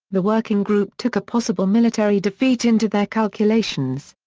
the working group took a possible military defeat into their calculations.